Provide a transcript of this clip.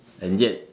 and yet